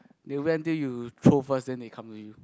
they went till you throw first then they come to you